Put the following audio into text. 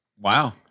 Wow